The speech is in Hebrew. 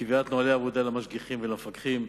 קביעת נוהלי עבודה למשגיחים ולמפקחים,